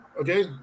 Okay